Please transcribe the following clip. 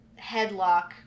headlock